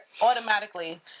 automatically